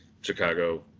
Chicago